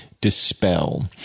dispel